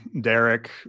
Derek